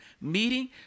meeting